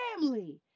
family